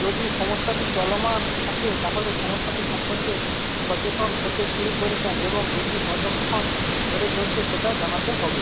যদি সমস্যাটি চলমান থাকে তাহলে সমস্যাটি সম্পর্কে সচেতন হতে শুরু করেছেন এবং এটি কতক্ষণ ধরে চলছে সেটা জানাতে হবে